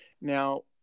Now